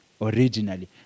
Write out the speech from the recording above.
originally